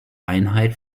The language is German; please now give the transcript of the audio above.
einheit